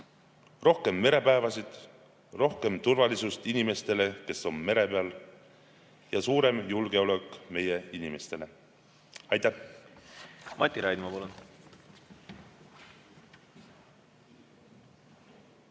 Rohkem merepäevasid, rohkem turvalisust inimestele, kes on mere peal, ja suurem julgeolek meie inimestele. Aitäh!